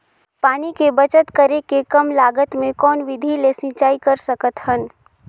पानी के बचत करेके कम लागत मे कौन विधि ले सिंचाई कर सकत हन?